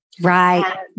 Right